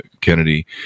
Kennedy